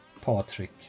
Patrick